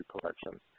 collection